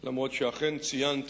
אף שאכן ציינת,